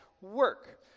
work